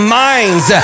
minds